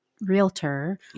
realtor